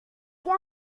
vous